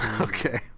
okay